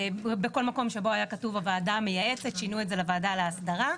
בכל מקום שבו היה כתוב "הוועדה המייעצת" שינו את זה ל-"ועדה להסדרה".